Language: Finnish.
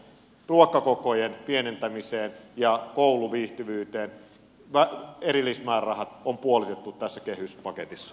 luokkakokojen pienentämiseen ja kouluviihtyvyyteen erillismäärärahat on puolitettu tässä kehyspaketissa